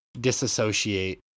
disassociate